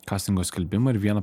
kastingo skelbimą ir vieną